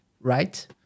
right